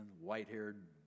white-haired